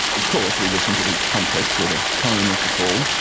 of course, we listen to the context or the tone of the call.